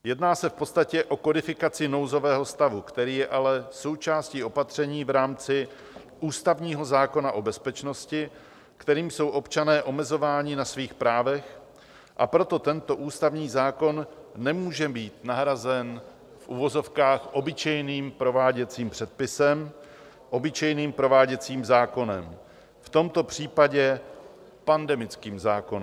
Jedná se v podstatě o kodifikaci nouzového stavu, který je ale součástí opatření v rámci ústavního zákona o bezpečnosti, kterým jsou občané omezováni na svých právech, a proto tento ústavní zákon nemůže být nahrazen v uvozovkách obyčejným prováděcím předpisem, obyčejným prováděcím zákonem, v tomto případě pandemickým zákonem.